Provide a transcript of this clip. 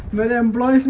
but am break